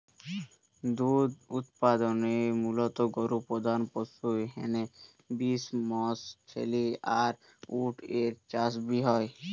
দুধ উতপাদনে মুলত গরু প্রধান পশু হ্যানে বি মশ, ছেলি আর উট এর চাষ বি হয়